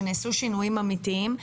שנעשו שינויים אמיתיים.